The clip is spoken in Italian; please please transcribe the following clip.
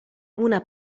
una